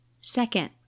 Second